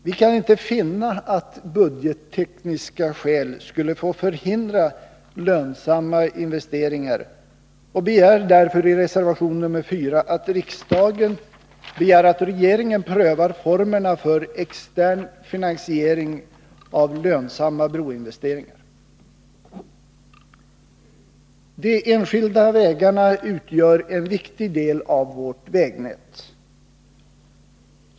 Vi kan inte finna att budgettekniska skäl skulle få förhindra lönsamma investeringar och hemställer därför i reservation nr 4 att riksdagen begär att regeringen prövar formerna för extern finansiering av lönsamma broinvesteringar. De enskilda vägarna utgör en viktig del av vårt vägnät.